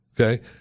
okay